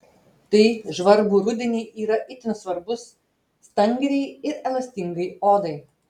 tai žvarbų rudenį yra itin svarbus stangriai ir elastingai odai